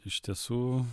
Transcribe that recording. iš tiesų